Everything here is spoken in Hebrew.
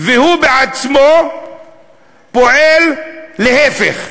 והוא בעצמו פועל להפך,